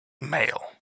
male